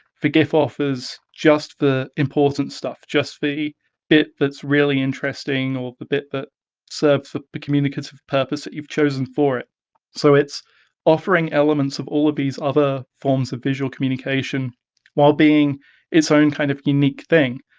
the gif offers just the important stuff, just the bit that's really interesting or the bit that serves the communicative purpose that you've chosen for. so it's offering elements of all of these other forms of visual communication while being its own kind of unique thing.